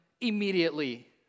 immediately